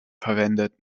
verwendet